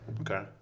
Okay